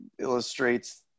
illustrates